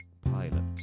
Pilot